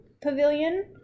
Pavilion